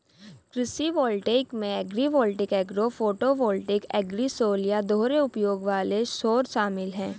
कृषि वोल्टेइक में agrivoltaic agro photovoltaic agrisol या दोहरे उपयोग वाले सौर शामिल है